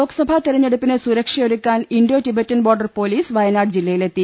ലോക്സഭാ തിരഞ്ഞെടുപ്പിന് സുരക്ഷയൊരുക്കാൻ Indo Tibetan border police Wayanad ജില്ലയിലെത്തി